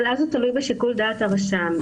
אבל אז הוא תלוי בשיקול דעת הרשם.